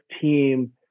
team